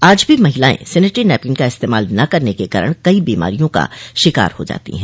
आज भी महिलाएं सेनेटरी नैपकिन का इस्तेमाल न करने के कारण कई बीमारियों का शिकार हो जाती हैं